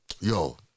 yo